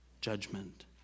judgment